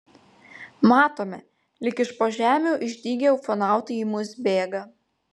matome lyg iš po žemių išdygę ufonautai į mus bėga